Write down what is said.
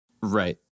Right